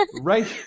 right